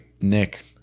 Nick